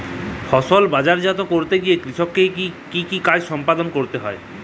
ফসল বাজারজাত করতে গিয়ে কৃষককে কি কি কাজ সম্পাদন করতে হয়?